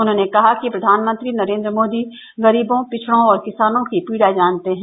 उन्होंने कहा कि प्रधानमंत्री नरेन्द्र मोदी गरीबों पिछड़ों और किसानों की पीड़ा जानते हैं